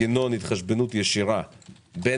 נכון שיש הבדל בין